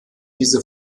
diese